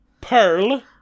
Pearl